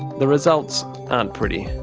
the results aren't pretty.